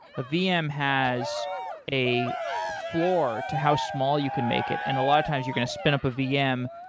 a vm has a floor to how small you can make it and a lot of times you're going to spin up a vm,